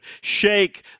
shake